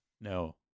no